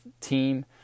team